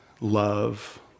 love